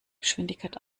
geschwindigkeit